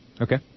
Okay